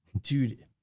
dude